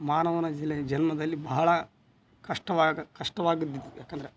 ಮಾನವನ ಜಿಲ್ಲೆ ಜನ್ಮದಲ್ಲಿ ಬಹಳ ಕಷ್ಟವಾಗ ಕಷ್ಟವಾಗಿದ್ದಿದ್ದು ಯಾಕಂದ್ರೆ